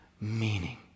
meaning